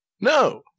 no